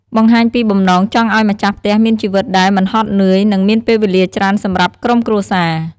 បង្ហាញពីបំណងចង់ឲ្យម្ចាស់ផ្ទះមានជីវិតដែល មិនហត់នឿយ និងមានពេលវេលាច្រើនសម្រាប់ក្រុមគ្រួសារ។